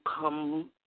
come